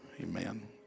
Amen